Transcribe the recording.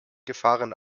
gefahren